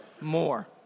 more